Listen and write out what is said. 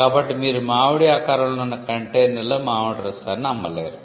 కాబట్టి మీరు మామిడి ఆకారంలో ఉన్న కంటైనర్లో మామిడి రసాన్ని అమ్మలేరు